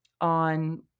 on